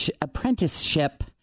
apprenticeship